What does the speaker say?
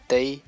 Day